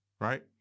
Right